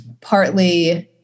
partly